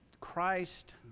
Christ